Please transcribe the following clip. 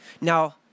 Now